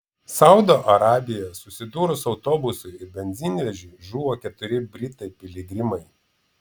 saudo arabijoje susidūrus autobusui ir benzinvežiui žuvo keturi britai piligrimai